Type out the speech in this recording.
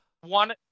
one